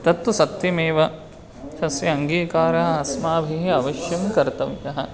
तत्तु सत्यमेव तस्य अङ्गीकारः अस्माभिः अवश्यं कर्तव्यः